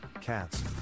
cats